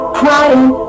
crying